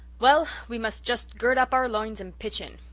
well, we must just gird up our loins and pitch in.